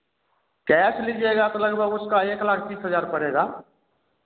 कैस लिजिएगा तो उसका लगभग एक लाख तीस हज़ार पड़ेगा